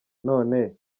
none